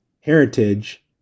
heritage